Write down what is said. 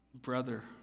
brother